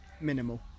minimal